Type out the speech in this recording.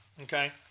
Okay